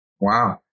Wow